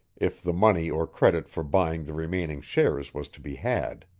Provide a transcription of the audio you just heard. if the money or credit for buying the remaining shares was to be had.